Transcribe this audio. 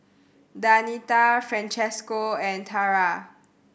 Danita Francesco and Tarah